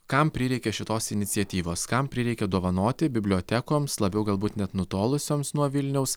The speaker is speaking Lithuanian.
kam prireikė šitos iniciatyvos kam prireikė dovanoti bibliotekoms labiau galbūt net nutolusioms nuo vilniaus